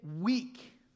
weak